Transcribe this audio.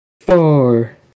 four